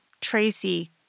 Tracy